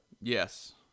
Yes